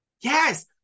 Yes